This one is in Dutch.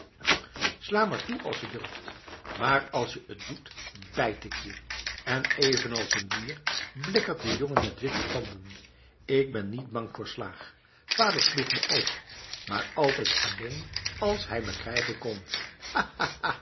maar toe als je durft maar als je t doet bijt ik je en evenals een dier blikkert de jongen met de witte tanden ik ben niet bang voor slaag vader sloeg me ook maar altijd alleen als hij me krijgen kon